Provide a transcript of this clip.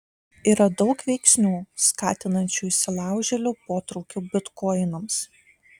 yra daug veiksnių skatinančių įsilaužėlių potraukį bitkoinams